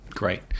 great